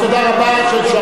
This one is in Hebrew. אחוז, תודה רבה, של שרון.